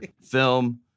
film